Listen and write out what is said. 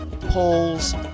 polls